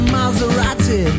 Maserati